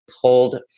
pulled